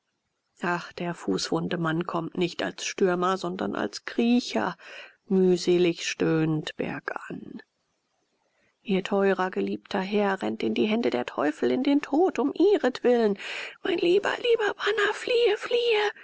ach der fußwunde mann kommt nicht als stürmer sondern als kriecher mühselig stöhnend bergan ihr teurer geliebter herr rennt in die hände der teufel in den tod um ihretwillen mein lieber lieber bana fliehe fliehe